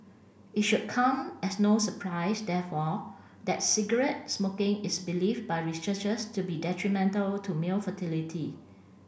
it should come as no surprise therefore that cigarette smoking is believed by researchers to be detrimental to male fertility